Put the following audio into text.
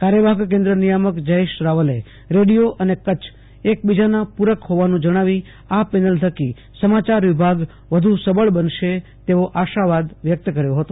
કાર્યવાહક કેન્દ્ર નિયામક જયેશ રાવલે રેડિયો અને કચ્છ એકબીજાના પુરક હોવાનું જણા વી આ પેનલ થકી સમાચાર વિભાગ વધુ સબળ બનશે તેવો આશાવાદ વ્યક્ત કર્યો હતો